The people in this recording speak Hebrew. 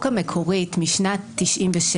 המקורית משנת 1997,